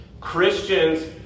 Christians